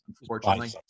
unfortunately